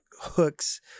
hooks